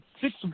six